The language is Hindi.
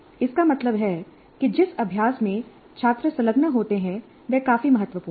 इसका मतलब है कि जिस अभ्यास में छात्र संलग्न होते हैं वह काफी महत्वपूर्ण है